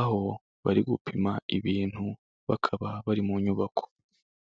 aho bari gupima ibintu bakaba bari mu nyubako.